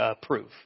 proof